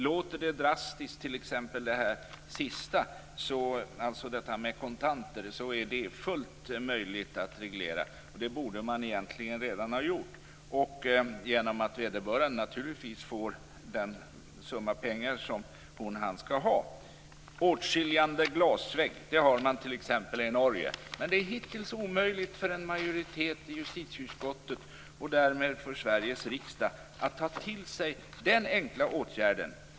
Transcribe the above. Detta kan låta drastiskt - t.ex. förbudet mot kontanter - men det är fullt möjligt att reglera. Egentligen borde det redan ha gjorts genom att vederbörande naturligtvis får den summa pengar som hon eller han skall ha. En åtskiljande glasvägg har man t.ex. i Norge. Men det är hittills omöjligt för en majoritet i justitieutskottet, och därmed för Sveriges riksdag, att ta till sig den enkla åtgärden.